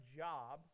job